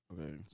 Okay